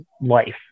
life